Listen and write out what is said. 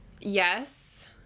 yes